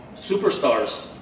superstars